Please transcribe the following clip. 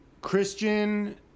Christian